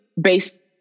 based